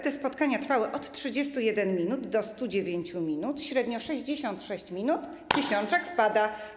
Te spotkania trwały od 31 minut do 109 minut, średnio 66 minut, i tysiączek wpadał.